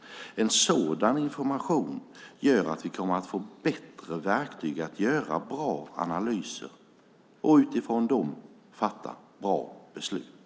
En sådan information gör att vi kommer att få bättre verktyg för att göra bra analyser och utifrån dem fatta bra beslut.